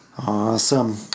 Awesome